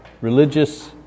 religious